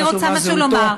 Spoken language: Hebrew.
אני רוצה משהו לומר.